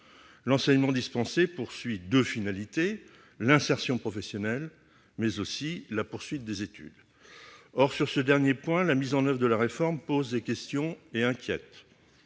L'enseignement dispensé a deux finalités : l'insertion professionnelle, certes, mais aussi la poursuite des études. Or, sur ce dernier point, la mise en oeuvre de la réforme pose des questions et inquiète.